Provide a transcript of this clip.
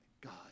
God